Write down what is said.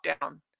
down